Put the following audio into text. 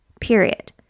period